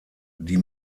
die